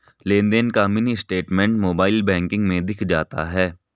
लेनदेन का mini statement mobile banking में दिख जाता है